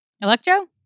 Electro